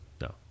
No